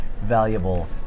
valuable